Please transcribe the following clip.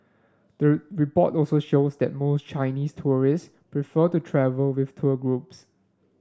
the report also shows that most Chinese tourists prefer to travel with tour groups